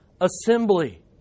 assembly